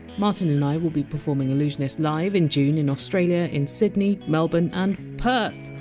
martin and i will be performing allusionist live in june in australia in sydney, melbourne, and perth!